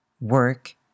work